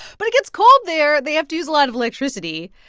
but it gets cold there they have to use a lot of electricity.